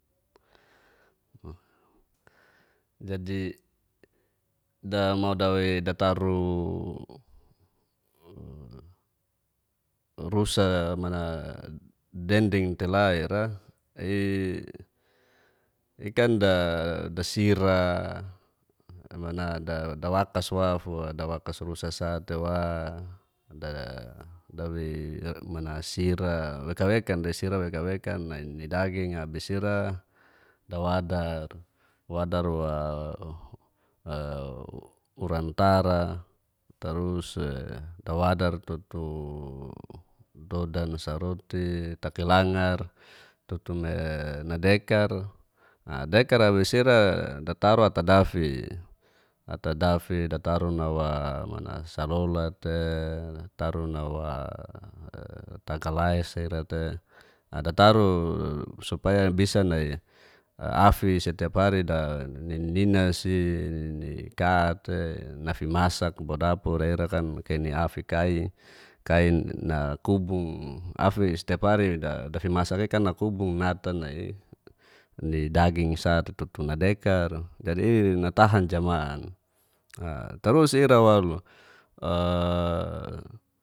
Jadi da mo dawei dataru rusa mana dendeng te la ira i'kan dasira mana dawataswa fua dawakas rusasa te wa dawe mana'i si ira wekan-wekan de sira weka-wekan nai i'daging abis ira dawadar, wadar wa urantara, tarus'e dawadar tutu dodansa roti takelangar tutum'e nadeker, deker'a wisira dataru atadafi, atadafi fataru nawa mana salolat' te tarunawa takalaisi ira te, nadataru supaya bisa nai'e afi setiap hari da nini ninasi nikat'te nafimasak bodapura ira kan kene a'fikai kain'a kubung afi setiap hari dafimasarikan nakubung nidaging ssa tututuk nadekar. tarus ira walo